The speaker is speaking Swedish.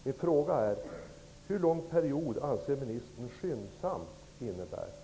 Min fråga är: Hur lång period anser ministern vara ''skyndsamt''?